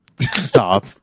Stop